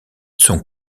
son